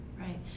Right